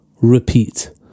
repeat